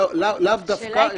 לאו דווקא לאיכות הסביבה.